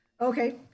Okay